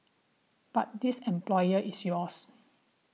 but this employer is yours